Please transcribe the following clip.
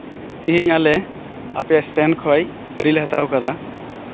ᱛᱮᱦᱮᱧ ᱟᱞᱮ ᱟᱯᱮᱭᱟᱜ ᱤᱥᱴᱮᱱᱰ ᱠᱷᱚᱱ ᱜᱟᱹᱰᱤ ᱞᱮ ᱦᱟᱛᱟᱣ ᱟᱠᱟᱫᱟ